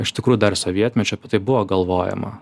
iš tikrųjų dar sovietmečiu apie tai buvo galvojama